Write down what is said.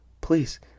Please